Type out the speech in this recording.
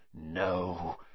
No